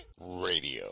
Radio